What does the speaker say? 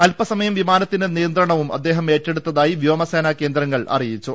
അൽപസമയം വിമാനത്തിന്റെ നിയന്ത്രണവും അദ്ദേഹം ഏറ്റെടുത്തായി വ്യോമസേനാകേന്ദ്രങ്ങൾ അറിയിച്ചു